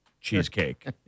cheesecake